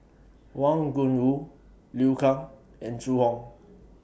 Wang Gungwu Liu Kang and Zhu Hong